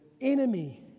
enemy